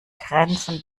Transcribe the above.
grenzen